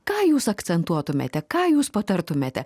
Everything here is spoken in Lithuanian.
ką jūs akcentuotumėte ką jūs patartumėte